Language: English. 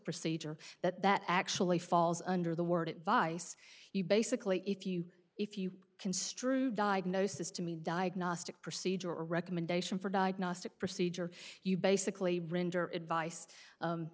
procedure that that actually falls under the word advice you basically if you if you construe diagnosis to mean diagnostic procedure or recommendation for diagnostic procedure you basically render advice